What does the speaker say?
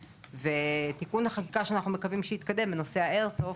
חוק חומרי נפץ; תיקון חקיקה שאנחנו מקווים שיתקדם זה בנושא האיירסופט,